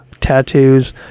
tattoos